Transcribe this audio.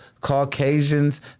Caucasians